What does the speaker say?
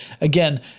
Again